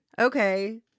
okay